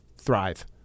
thrive